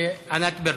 אין מתנגדים,